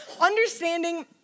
understanding